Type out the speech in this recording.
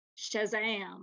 shazam